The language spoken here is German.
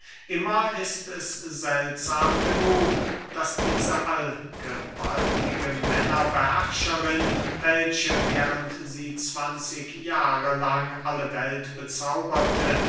immer ist es seltsam genug daß diese allgewaltige männerbeherrscherin welche während sie zwanzig jahre lang alle welt bezauberte